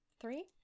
Three